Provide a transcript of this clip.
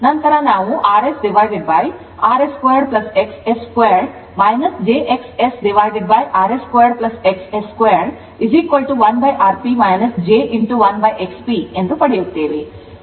ನಂತರ ನಾವು rsrs 2 XS 2 jXSrs2 XS 2 1Rp j 1XP ಎಂದು ಪಡೆಯುತ್ತೇವೆ